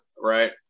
right